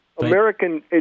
American